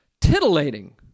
titillating